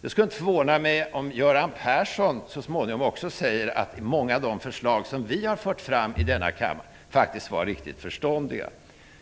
Det skulle inte förvåna mig om Göran Persson så småningom skulle säga att många av de förslag som vi har fört fram i denna kammare faktiskt var riktigt förståndiga.